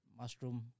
mushroom